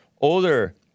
older